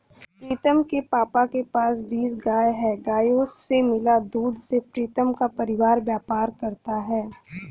प्रीतम के पापा के पास बीस गाय हैं गायों से मिला दूध से प्रीतम का परिवार व्यापार करता है